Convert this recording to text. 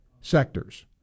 sectors